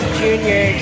junior